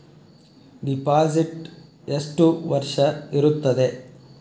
Deposit ಎಷ್ಟು ವರ್ಷ ಇರುತ್ತದೆ?